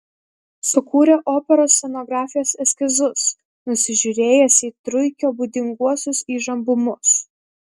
sukūrė operos scenografijos eskizus nusižiūrėjęs į truikio būdinguosius įžambumus